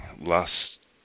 last